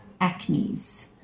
acnes